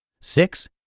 Six